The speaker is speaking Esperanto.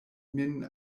min